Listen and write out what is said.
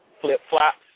flip-flops